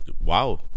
Wow